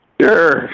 Sure